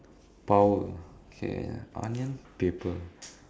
power okay onion paper